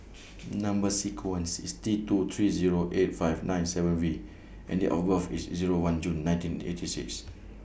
Number sequence IS T two three Zero eight five nine seven V and Date of birth IS one June nineteen eighty six